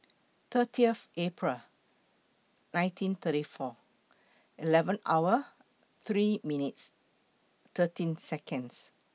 thirtieth April nineteen thirty four eleven hour three minutes thirteen Seconds